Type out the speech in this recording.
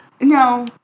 No